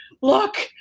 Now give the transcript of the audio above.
look